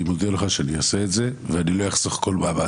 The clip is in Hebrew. אני מודיע לך שאני אעשה את זה ואני לא אחסוך כל מאמץ.